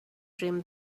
dream